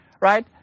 right